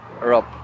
Rob